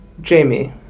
Jamie